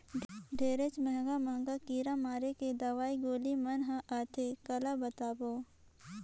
ढेरेच महंगा महंगा कीरा मारे के दवई गोली मन हर आथे काला बतावों